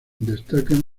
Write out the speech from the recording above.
destacar